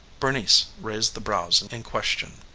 bernice raised the brows in question.